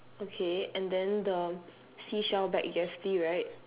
okay and then the seashell bag you have three right